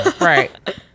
Right